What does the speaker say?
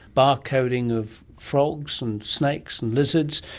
barcoding of frogs and snakes and lizards,